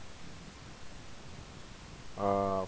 err